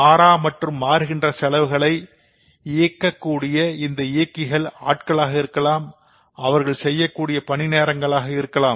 மாறா மற்றும் மாறுகின்ற செலவுகளை இயங்கக்கூடிய இந்த இயக்கிகள் ஆட்களாக இருக்கலாம் அவர்கள் செய்யக்கூடிய பணி நேரங்களாக இருக்கலாம்